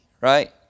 right